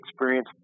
experience